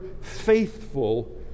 faithful